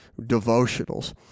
devotionals